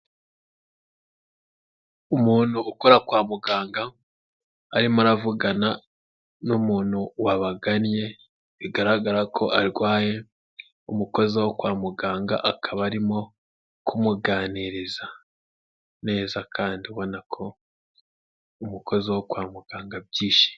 Umuntu ukora kwa muganga, arimo aravugana n'umuntu wabagannye, bigaragara ko arwaye, umukozi wo kwa muganga akaba arimo kumuganiriza neza, kandi ubona ko umukozi wo kwa muganga abyishimiye.